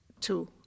two